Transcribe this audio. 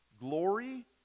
glory